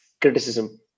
criticism